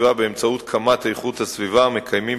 התברר שבשלושת השבועות האחרונים ממשיכה